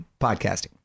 podcasting